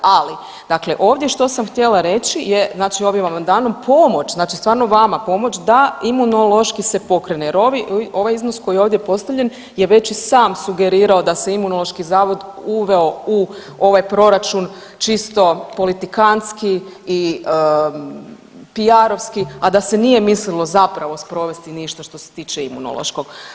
Ali, dakle ovdje, što sam htjela reći, je znači ovim amandmanom pomoć, znači stvarno vama pomoć da Imunološki se pokrene jer ovi, ovaj iznos koji je ovdje postavljen je već i sam sugerirao da se Imunološki zavod uveo u ovaj proračun čisto politikantski i PR-ovski, a da se nije mislilo zapravo sprovesti ništa što se tiče Imunološkog.